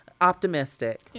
optimistic